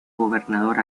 gobernador